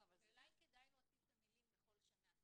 אולי כדאי להוסיף את המילים "בכל שנה|",